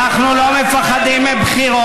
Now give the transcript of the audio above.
אתם פראיירים, אנחנו לא מפחדים מבחירות.